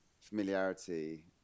familiarity